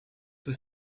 was